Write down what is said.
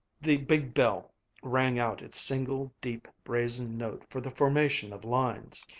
the big bell rang out its single deep brazen note for the formation of lines,